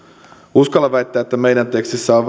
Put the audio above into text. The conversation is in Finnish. uskallan väittää että meidän tekstissämme on